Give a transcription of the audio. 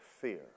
fear